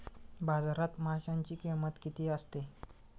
बाजारात माशांची किंमत किती असते?